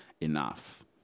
enough